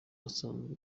asanzwe